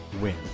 win